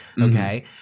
Okay